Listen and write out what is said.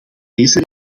deze